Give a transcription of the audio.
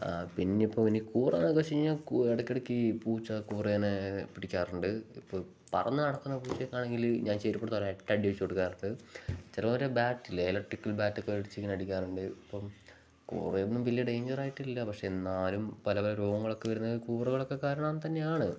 പിന്നെ ഇപ്പോൾ ഇനി കൂറാന്നക്ക വെച്ച് കഴിഞ്ഞാൽ ഇടക്ക് ഇടക്ക് പൂച്ച കൂറേനെ പിടിക്കാറുണ്ട് ഇപ്പം പറന്ന് നടക്കുന്ന പൂച്ച ഒക്കെയാണെങ്കിൽ ഞാൻ ചെരുപ്പെടുത്ത് ഒരൊറ്റ അടി വെച്ച് കൊടുക്കാറുണ്ട് ചിലർ ബാറ്റില്ലേ ഇലക്ട്രിക്കൽ ബാറ്റിക്കെ മേടിച്ച് ഇങ്ങനെ അടിക്കാറുണ്ട് ഇപ്പം കൂറയൊന്നും വലിയ ഡേഞ്ചർ ആയിട്ടില്ല പക്ഷേ എന്നാലും പല പല രോഗങ്ങളൊക്കെ വരുന്നത് കൂറകളൊക്കെ കാരണമാണ് തന്നെയാണ്